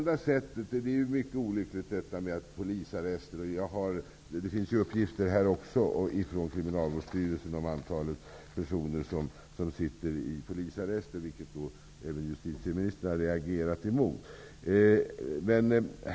Det finns uppgifter från Kriminalvårdsstyrelsen om antalet personer som sitter i polisarrester. Det är mycket olyckligt, och även justitieministern har reagerat.